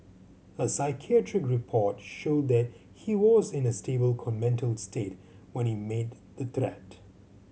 a psychiatric report showed that he was in a stable mental state when he made the threat